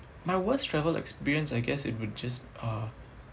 my worst travel experience I guess it would just uh